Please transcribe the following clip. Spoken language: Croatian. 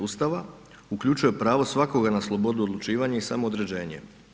Ustava uključuje pravo svakoga na slobodu odlučivanja i samoodređenje.